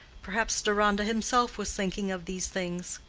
perhaps deronda himself was thinking of these things.